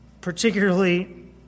Particularly